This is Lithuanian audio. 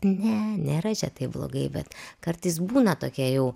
ne nėra čia taip blogai bet kartais būna tokia jau